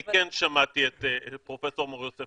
אני כן שמעתי את פרופסור מור יוסף